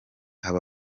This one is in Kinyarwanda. abo